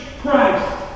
Christ